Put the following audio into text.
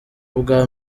ubwa